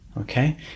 Okay